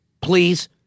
Please